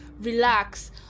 relax